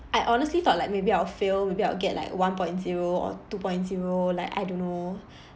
I honestly thought like maybe I'll fail maybe I'll get like one point zero or two point zero like I don't know